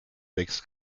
wächst